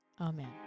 Amen